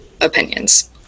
opinions